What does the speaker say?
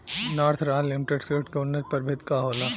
North royal limited seeds के उन्नत प्रभेद का होला?